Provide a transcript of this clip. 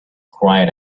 cried